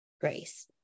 Grace